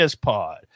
Pod